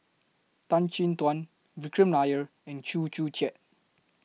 Tan Chin Tuan Vikram Nair and Chew Joo Chiat